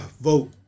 vote